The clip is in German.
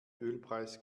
ölpreis